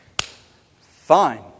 Fine